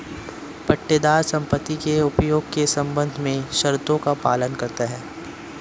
पट्टेदार संपत्ति के उपयोग के संबंध में शर्तों का पालन करता हैं